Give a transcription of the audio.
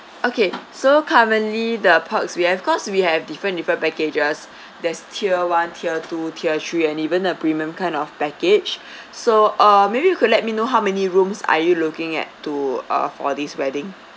okay so currently the perks we have cause we have different different packages there's tier one tier two tier three and even a premium kind of package so uh maybe you could let me know how many rooms are you looking at to uh for this wedding